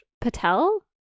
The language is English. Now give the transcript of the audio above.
Patel